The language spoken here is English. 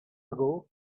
ago